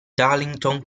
darlington